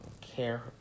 care